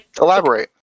Elaborate